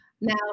Now